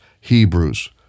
Hebrews